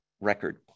record